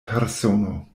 persono